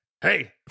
hey